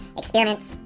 experiments